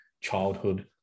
childhood